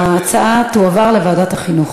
ההצעות תועברנה לוועדת החינוך.